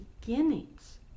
beginnings